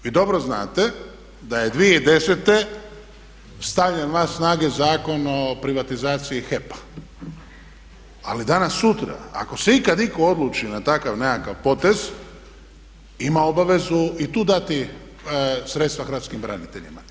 Vi dobro znate da je 2010. stavljen van snage Zakon o privatizaciji HEP-a, ali danas sutra ako se ikad itko odluči na takav nekakav potez ima obavezu i tu dati sredstva Hrvatskim braniteljima.